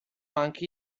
anche